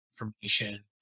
information